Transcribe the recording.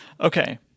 Okay